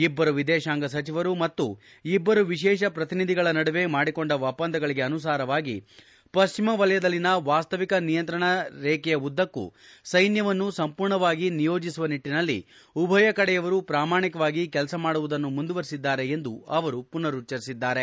ಇಬ್ಬರು ವಿದೇಶಾಂಗ ಸಚಿವರು ಮತ್ತು ಇಬ್ಬರು ವಿಶೇಷ ಪ್ರತಿನಿಧಿಗಳ ನಡುವೆ ಮಾಡಿಕೊಂಡ ಒಪ್ಪಂದಗಳಿಗೆ ಅನುಸಾರವಾಗಿ ಪಶ್ಚಿಮ ವಲಯದಲ್ಲಿನ ವಾಸ್ತವಿಕ ನಿಯಂತ್ರಣ ರೇಖೆಯ ಉದ್ದಕ್ಕೂ ಸೈನ್ಯವನ್ನು ಸಂಪೂರ್ಣವಾಗಿ ನಿಯೋಜಿಸುವ ನಿಟ್ಟಿನಲ್ಲಿ ಉಭಯ ಕಡೆಯವರು ಪ್ರಾಮಾಣಿಕವಾಗಿ ಕೆಲಸ ಮಾಡುವುದನ್ನು ಮುಂದುವರಿಸುತ್ತಾರೆ ಎಂದು ಅವರು ಪುನರುಚ್ಚರಿಸಿದ್ದಾರೆ